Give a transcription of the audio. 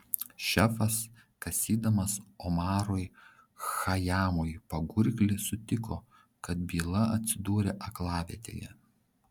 šefas kasydamas omarui chajamui pagurklį sutiko kad byla atsidūrė aklavietėje